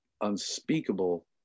unspeakable